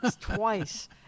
twice